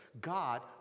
God